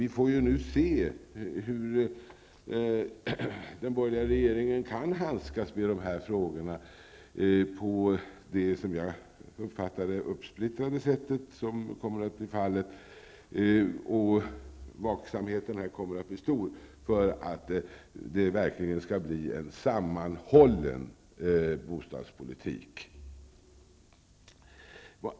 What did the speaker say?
Vi får nu se hur den borgerliga regeringen kan handskas med dessa frågor på det uppsplittrande sättet som kommer att bli fallet. Vaksamheten kommer att vara stor för att det verkligen skall bli en sammanhållen bostadspolitik.